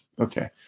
Okay